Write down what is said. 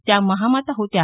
त्या महामाता होत्या